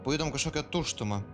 pajutom kažkokią tuštumą